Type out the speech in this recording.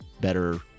better